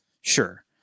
Sure